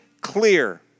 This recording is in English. clear